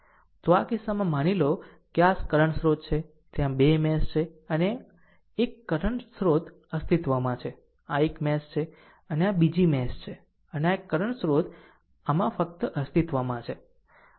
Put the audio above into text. તો આ કિસ્સામાં માની લો કે આ કરંટ સ્રોત છે ત્યાં 2 મેશ છે અને 1 એક કરંટ સ્ત્રોત અસ્તિત્વમાં છે આ 1 મેશ છે અને આ બીજો મેશ છે અને 1 કરંટ સ્રોત આમાં ફક્ત અસ્તિત્વમાં છે